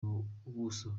ubuso